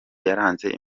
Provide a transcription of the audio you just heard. yaranze